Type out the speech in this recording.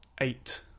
eight